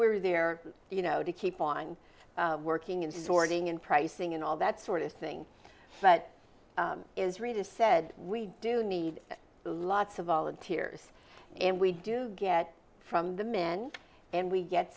we're there you know to keep on working and sorting and pricing and all that sort of thing but is rita said we do need lots of volunteers and we do get from the men and we get